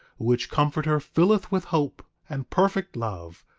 which comforter filleth with hope and perfect love,